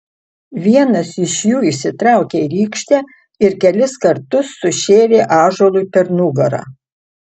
vienas iš jų išsitraukė rykštę ir kelis kartus sušėrė ąžuolui per nugarą